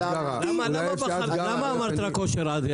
גלית, למה אמרת רק אושר עד?